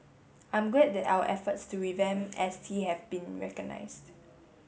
I'm glad that our efforts to revamp S T have been recognised